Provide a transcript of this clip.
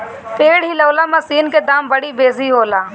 पेड़ हिलौना मशीन के दाम बड़ी बेसी होला